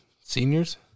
Seniors